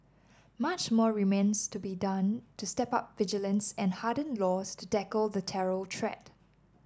much more remains to be done to step up vigilance and harden laws to tackle the terror threat